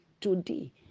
today